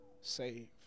saved